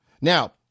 Now